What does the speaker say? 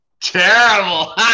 Terrible